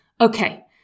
Okay